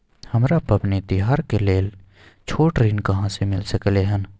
हमरा पबनी तिहार के लेल छोट ऋण कहाँ से मिल सकलय हन?